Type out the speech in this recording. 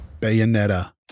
Bayonetta